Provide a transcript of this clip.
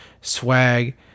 swag